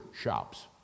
shops